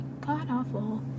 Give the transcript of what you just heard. god-awful